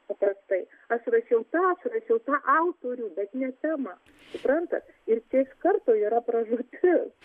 tai aš rašiau tą rašiau tą autorių bet ne temą suprantat ir čia iš karto yra pražūtis